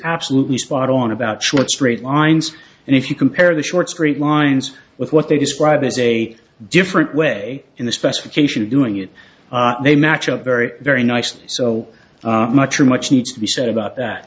absolutely spot on about short straight lines and if you compare the short straight lines with what they describe as a different way in the specification of doing it they match up very very nicely so much much needs to be said about that